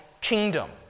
kingdom